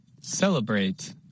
celebrate